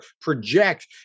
project